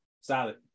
Solid